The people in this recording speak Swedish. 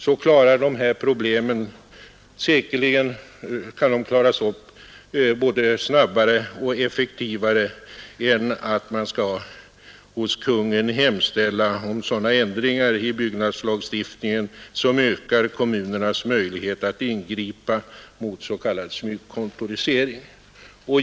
Då kan säkerligen dessa problem klaras upp både snabbare och effektivare än om man hos Kungl. Maj:t hemställer om sådana ändringar i byggnadslagstiftningen som ökar kommunernas möjlighet att ingripa mot den s.k. smygkontoriseringen.